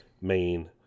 main